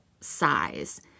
size